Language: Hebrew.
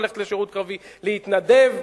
להתנדב,